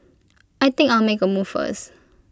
I think I'll make A move first